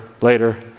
later